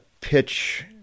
pitch